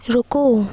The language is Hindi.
रुको